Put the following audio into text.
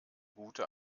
gute